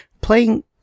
playing